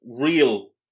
real